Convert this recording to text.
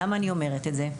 למה אני אומרת את זה?